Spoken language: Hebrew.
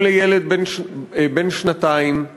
אם לילד בן שנתיים,